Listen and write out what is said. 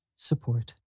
Support